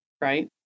right